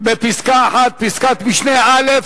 בפסקה (1) פסקת משנה (א)